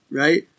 right